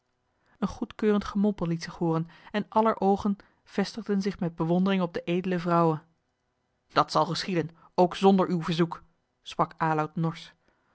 een goedkeurend gemompel liet zich hooren en aller oogen vestigden zich met bewondering op de edele vrouwe dat zal geschieden ook zonder uw verzoek sprak aloud norsch